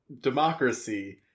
democracy